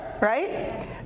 right